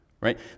right